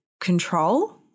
control